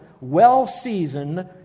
well-seasoned